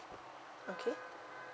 okay